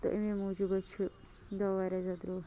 تہٕ امے موٗجوٗب حظ چھُ دَوا واریاہ زیادٕ درٛوٚگ